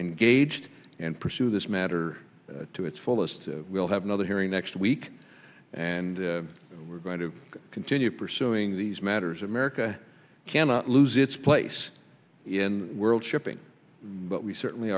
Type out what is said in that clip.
engaged and pursue this matter to its fullest we'll have another hearing next week and we're going to continue pursuing these matters america cannot lose its place in world shipping but we certainly